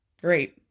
Great